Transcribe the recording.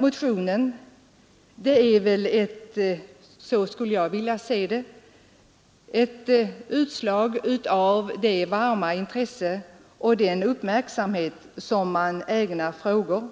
Motionen är — så skulle jag vilja se den — ett utslag av det varma intresse och den uppmärksamhet som ägnas frågor